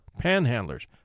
panhandlers